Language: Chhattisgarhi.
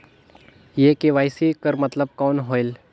ये के.वाई.सी कर मतलब कौन होएल?